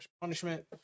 Punishment